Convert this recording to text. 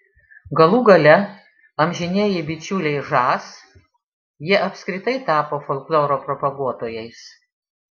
galų gale amžinieji bičiuliai žas jie apskritai tapo folkloro propaguotojais